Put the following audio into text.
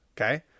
Okay